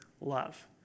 love